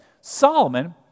Solomon